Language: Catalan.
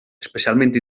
especialment